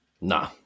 Nah